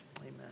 Amen